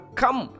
come